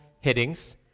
headings